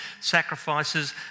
sacrifices